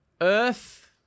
earth